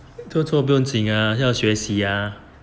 做错不用紧啊要学习呀